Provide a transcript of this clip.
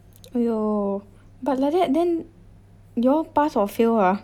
!whoa! but like that then you all pass or fail ah